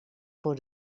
voor